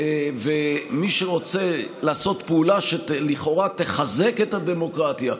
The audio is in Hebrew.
מי שרוצה לעשות פעולה שלכאורה תחזק את הדמוקרטיה,